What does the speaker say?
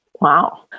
Wow